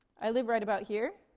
i live right about here.